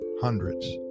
Hundreds